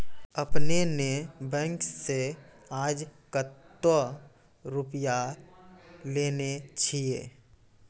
आपने ने बैंक से आजे कतो रुपिया लेने छियि?